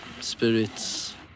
spirits